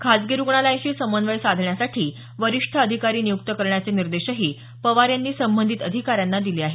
खासगी रुग्णालयांशी समन्वय साधण्यासाठी वरिष्ठ अधिकारी नियुक्त करण्याचे निर्देशही पवार यांनी संबंधित अधिकाऱ्यांना दिले आहेत